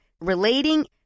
relating